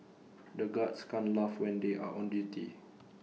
the guards can't laugh when they are on duty